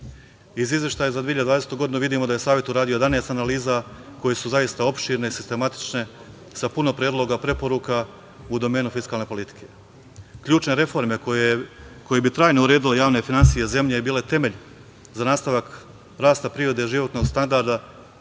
Iz izveštaja za 2020. godinu vidimo da je Savet uradio 11 analiza koje su opširne, sistematične, sa puno predloga, preporuka u domenu fiskalne politike. Ključne reforme koje bi trajno uredile javne finansije zemlje su bile temelj za nastavak rasta privrede, životnog standarda